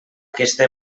aquesta